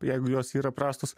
jeigu jos yra prastos